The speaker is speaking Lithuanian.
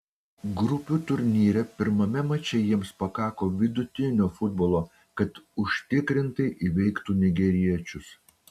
grupių turnyre pirmame mače jiems pakako vidutinio futbolo kad užtikrintai įveiktų nigeriečius